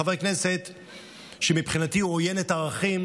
חבר כנסת שמבחינתי הוא עוין את הערכים